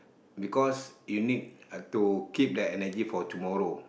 because you need uh to keep the energy for tomorrow